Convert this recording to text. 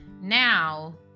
now